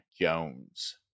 Jones